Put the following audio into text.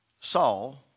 Saul